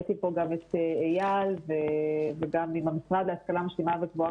ראיתי פה גם אייל וגם מהמשרד להשכלה משלימה וגבוהה